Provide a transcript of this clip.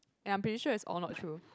and I'm pretty sure is all not true